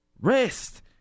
Rest